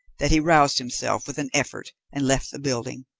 that he roused himself with an effort and left the building.